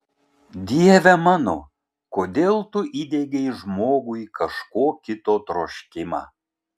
dieve mano kodėl tu įdiegei žmogui kažko kito troškimą